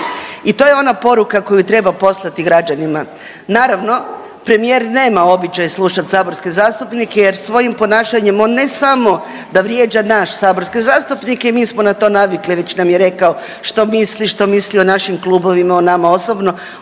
I to je ona poruka koju treba poslati građanima. Naravno premijer nema običaj slušat saborske zastupnike jer svojim ponašanjem on ne samo da vrijeđa nas saborske zastupnike i mi smo na to navikli već nam je rekao što misli, što misli o našim klubovima, o nama osobno,